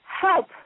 help